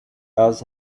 else